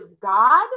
God